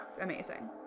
Amazing